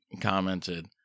commented